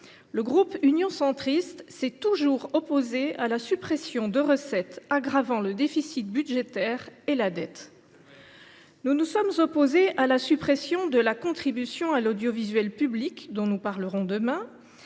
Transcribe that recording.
Le groupe Union Centriste s’est toujours opposé à la suppression de recettes aggravant le déficit budgétaire et la dette. C’est vrai ! Nous nous sommes opposés à la suppression de la contribution à l’audiovisuel public, dont nous parlerons demain.